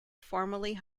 formerly